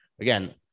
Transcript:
again